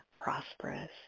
prosperous